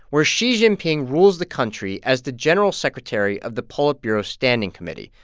where xi jinping rules the country as the general secretary of the politburo standing committee,